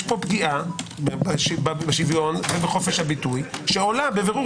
יש פה פגיעה בשוויון ובחופש הביטוי שעולה בבירור